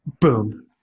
Boom